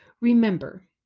Remember